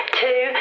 two